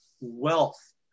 wealth